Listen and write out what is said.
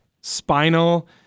spinal